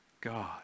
God